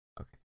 Okay